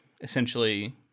essentially